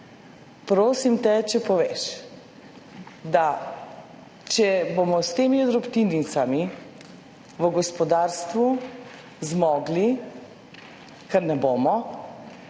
»Prosim te, če poveš, da če bomo s temi drobtinicami v gospodarstvu zmogli, kar ne bomo,